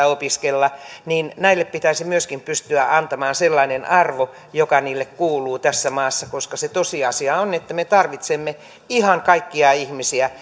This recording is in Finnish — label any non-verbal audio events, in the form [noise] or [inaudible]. [unintelligible] opiskella myöskin näille pitäisi pystyä antamaan sellainen arvo joka niille kuuluu tässä maassa koska tosiasia on että me tarvitsemme ihan kaikkia ihmisiä [unintelligible]